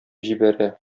җибәрә